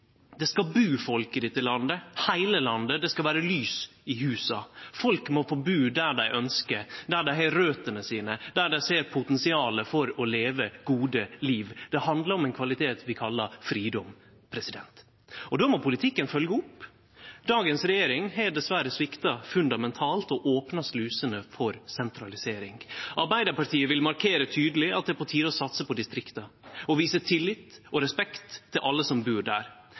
Det skal bu folk i dette landet, i heile landet. Det skal vere lys i husa. Folk må få bu der dei ønskjer, der dei har røtene sine, der dei ser potensialet for å leve gode liv. Det handlar om ein kvalitet vi kallar fridom. Då må politikken følgje opp. Dagens regjering har dessverre svikta fundamentalt og opna slusene for sentralisering. Arbeidarpartiet vil markere tydeleg at det er på tide å satse på distrikta og vise tillit og respekt til alle som bur der.